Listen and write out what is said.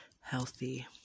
healthy